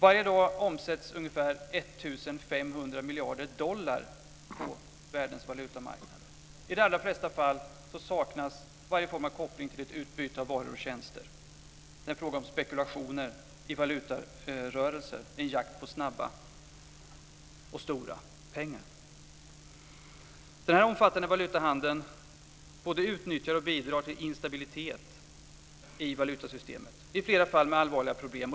Varje dag omsätts ungefär 1 500 miljarder dollar på världens valutamarknader. I de allra flesta fall saknas varje form av koppling till ett utbyte av varor och tjänster. Det är en fråga om spekulationer i valutarörelser, en jakt på snabba och stora pengar. Denna omfattande valutahandel både utnyttjar och bidrar till instabilitet i valutasystemet, i flera fall med allvarliga problem.